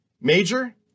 Major